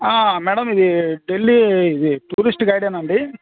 madam ఇది ఢిల్లీ ఇది tourist గైడేనా అండి